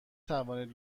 توانید